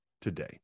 today